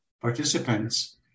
participants